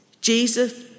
Jesus